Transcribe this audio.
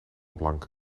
blank